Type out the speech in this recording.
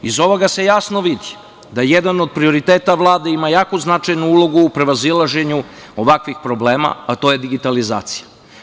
Iz ovoga se jasno vidi da jedan od prioriteta Vlade ima jako značajnu ulogu u prevazilaženju ovakvih problema, a to je digitalizacija.